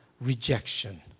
rejection